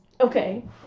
Okay